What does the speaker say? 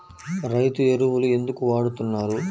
రైతు ఎరువులు ఎందుకు వాడుతున్నారు?